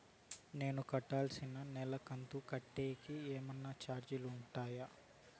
నేను కట్టాల్సిన నెల కంతులు కట్టేకి ఏమన్నా చార్జీలు ఉంటాయా?